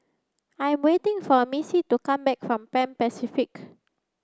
I'm waiting for Missy to come back from Pan Pacific